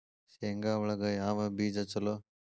ಶೇಂಗಾ ಒಳಗ ಯಾವ ಬೇಜ ಛಲೋ?